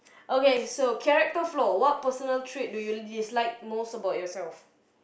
okay so character flow what personal trait do you dislike most about yourself